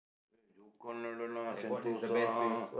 eh ஜோக்கானஇடம்:jookkaana idam lah Sentosa